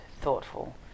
thoughtful